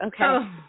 okay